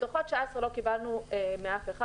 דוחות 19 לא קיבלנו מאף אחד,